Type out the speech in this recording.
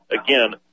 again